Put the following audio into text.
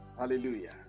Hallelujah